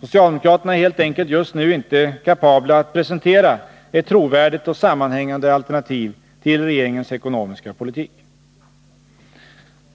Socialdemokraterna är helt enkelt just nu inte kapabla att presentera ett trovärdigt och sammanhängande alternativ till regeringens ekonomiska politik.